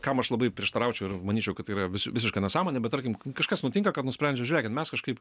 kam aš labai prieštaraučiau ir manyčiau kad tai yra visiška nesąmonė bet tarkim kažkas nutinka kad nusprendžia žiūrėkit mes kažkaip